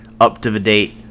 up-to-the-date